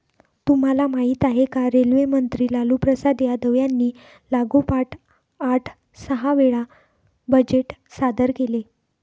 तुम्हाला माहिती आहे का? रेल्वे मंत्री लालूप्रसाद यादव यांनी लागोपाठ आठ सहा वेळा बजेट सादर केले